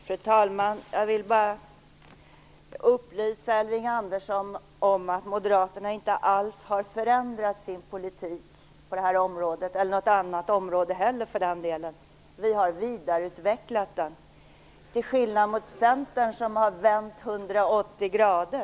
Fru talman! Jag vill påminna ledamöterna om att det inte går att resonera om enskilda ärenden. Det gäller att komma ihåg det när ni ställer frågor.